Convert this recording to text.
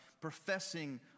professing